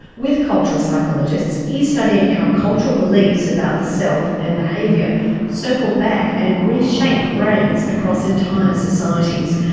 with cultural psychologists he's studying how cultural beliefs about the self and behaviour circle back and reshape brains across entire societies,